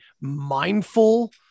mindful